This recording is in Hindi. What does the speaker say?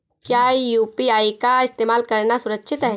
क्या यू.पी.आई का इस्तेमाल करना सुरक्षित है?